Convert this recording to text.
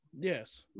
Yes